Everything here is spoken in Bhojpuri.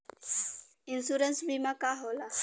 इन्शुरन्स बीमा का होला?